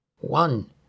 One